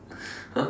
!huh!